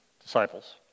disciples